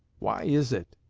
why is it?